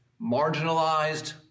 marginalized